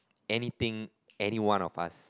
anything anyone of us